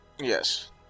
Yes